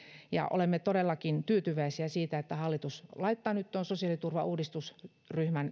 ja olemme todellakin tyytyväisiä siitä että hallitus laittaa nyt tuon sosiaaliturvauudistustyöryhmän